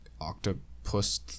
octopus